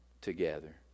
together